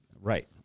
right